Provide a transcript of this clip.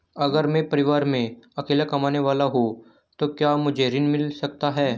अगर मैं परिवार में अकेला कमाने वाला हूँ तो क्या मुझे ऋण मिल सकता है?